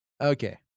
Okay